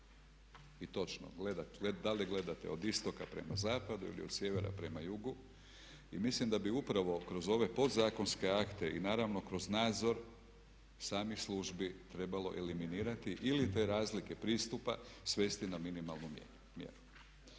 I točno, da li gledate od istoka prema zapadu ili od sjevera prema jugu. Mislim da bi upravo kroz ove podzakonske akte i naravno kroz nadzor samih službi trebalo eliminirati ili te razlike pristupa svesti na minimalnu mjeru.